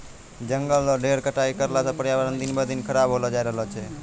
जंगल रो ढेर कटाई करला सॅ पर्यावरण दिन ब दिन खराब होलो जाय रहलो छै